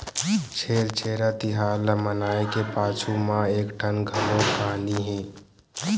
छेरछेरा तिहार ल मनाए के पाछू म एकठन घलोक कहानी हे